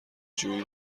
جویی